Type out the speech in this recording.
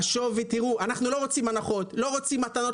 אנחנו לא רוצים הנחות או מתנות.